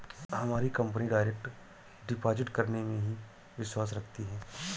हमारी company direct deposit करने में ही विश्वास रखती है